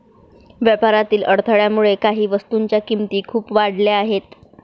व्यापारातील अडथळ्यामुळे काही वस्तूंच्या किमती खूप वाढल्या आहेत